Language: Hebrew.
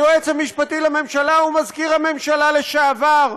היועץ המשפטי לממשלה הוא מזכיר הממשלה לשעבר,